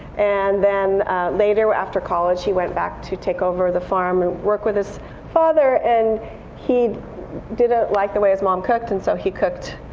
and then later after college, he went back to take over the farm and work with his father. and he don't ah like the way his mom cooked, and so he cooked